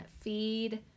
feed